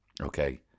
okay